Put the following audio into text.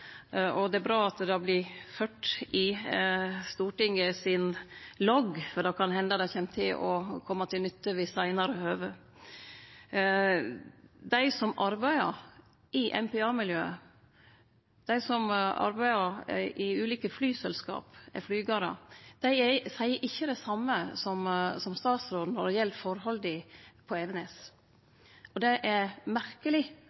innvendingar. Det er bra at det vert ført i Stortingets logg, for det kan hende det vil kome til nytte ved seinare høve. Dei som arbeider i MPA-miljøet, dei som arbeider i ulike flyselskap, dei som er flygarar, seier ikkje det same som statsråden når det gjeld forholda på Evenes. Det er merkeleg